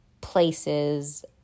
places